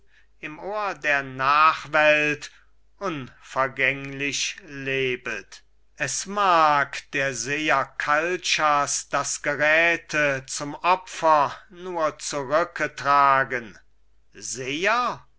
im ohr der nachwelt unvergänglich lebet es mag der seher kalchas das geräthe zum opfer nur zurücketragen seher